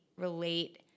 relate